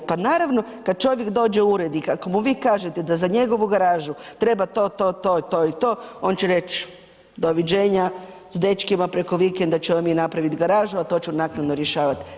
Pa naravno kada čovjek dođe u ured i ako mu vi kažete da za njegovu garažu treba to, to, to i to, on će reći – doviđenja, s dečkima preko vikenda ćemo mi napraviti garažu a to ću naknadno rješavati.